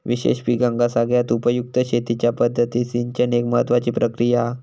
विशेष पिकांका सगळ्यात उपयुक्त शेतीच्या पद्धतीत सिंचन एक महत्त्वाची प्रक्रिया हा